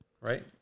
right